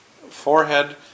Forehead